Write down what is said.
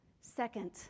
Second